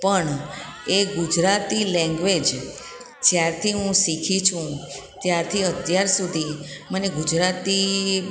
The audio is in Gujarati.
પણ એ ગુજરાતી લેંગ્વેજ જ્યારથી હું શીખી છું ત્યારથી અત્યાર સુધી મને ગુજરાતી